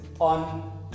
on